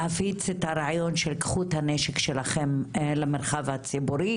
להפיץ את הרעיון של קחו את הנשק שלכם למרחב הציבורי.